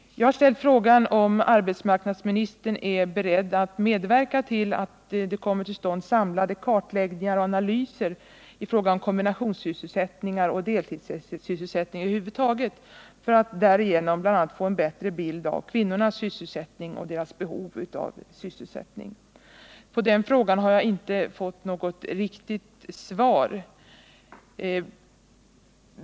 Jag har ställt frågan om arbetsmarknadsministern är beredd att medverka till att samlade kartläggningar och analyser kan komma till stånd i fråga om kombinationssysselsättningar och deltidssysselsättning över huvud taget för att därigenom få en bättre bild av kvinnornas sysselsättning och sysselsättningsbehov. På den frågan har jag inte fått något riktigt svar.